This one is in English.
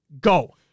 go